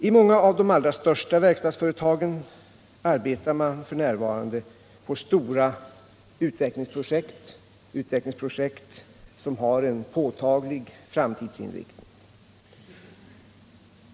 I många av de allra största verkstadsföretagen arbetar man f. n. på stora utvecklingsprojekt som har påtaglig framtidsinriktning.